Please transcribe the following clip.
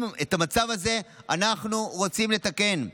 את המצב הזה אנחנו רוצים לתקן.